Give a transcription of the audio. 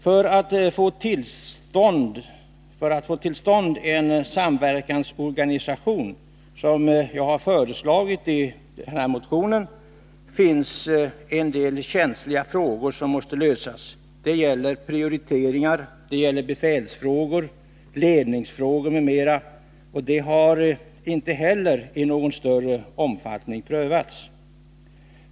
För att få till stånd en samverkansorganisation, som jag föreslagit i motionen, finns en del ganska känsliga frågor som måste lösas. Det gäller prioriteringar, befälsfrågor, ledningsfrågor m.m. Detta har inte heller i någon större omfattning prövats.